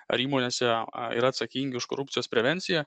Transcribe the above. ar įmonėse yra atsakingi už korupcijos prevenciją